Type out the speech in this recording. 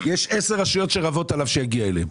יש עשר רשויות שרבות עליו שיגיע אליהן.